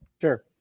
Sure